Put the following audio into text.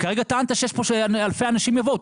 כרגע טענת שאלפי אנשים יבואו,